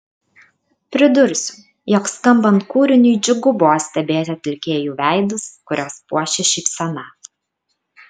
pridursiu jog skambant kūriniui džiugu buvo stebėti atlikėjų veidus kuriuos puošė šypsena